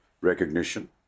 recognition